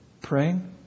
praying